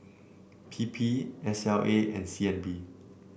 P P S L A and C N B